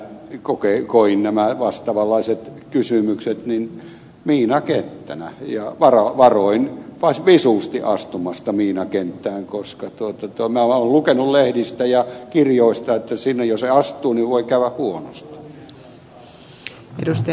minä koin nämä vastaavanlaiset kysymykset miinakenttänä ja varoin visusti astumasta miinakenttään koska minä olen lukenut lehdistä ja kirjoista että sinne jos astuu niin voi käydä huonosti